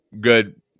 Good